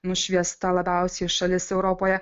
nušviesta labiausiai šalis europoje